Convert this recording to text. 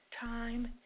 time